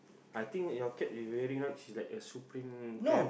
I think that your cap is very nice it's like a Supreme cap